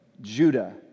Judah